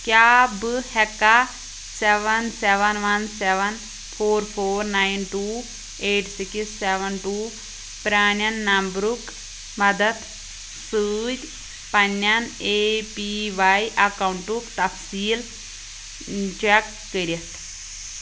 کیٛاہ بہٕ ہیٚکا seven seven one seven four four nine two eight six seven two پرانٮ۪ن نمبرُک مدتھ سۭتۍ پنٛنٮ۪ن اے پی واے اکاؤنٹُک تفصیٖل چٮ۪ک کٔرِتھ